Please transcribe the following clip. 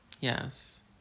Yes